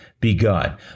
begun